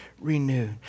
renewed